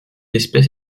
espèce